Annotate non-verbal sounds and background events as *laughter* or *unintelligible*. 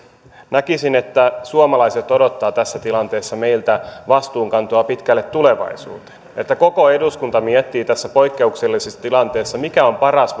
näkisin että suomalaiset odottavat tässä tilanteessa meiltä vastuunkantoa pitkälle tulevaisuuteen että koko eduskunta miettii tässä poikkeuksellisessa tilanteessa mikä on paras *unintelligible*